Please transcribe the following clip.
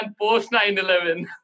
post-9/11